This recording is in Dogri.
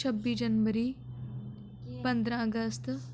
छब्बी जनबरी पंदरां अगस्त